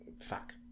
fuck